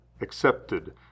accepted